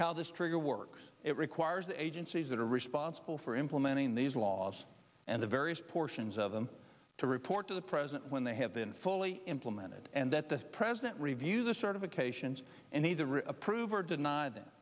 trigger works it requires the agencies that are responsible for implementing these laws and the various portions of them to report to the president when they have been fully implemented and that this president reviews the certifications and he's a real approve or deny that